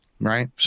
right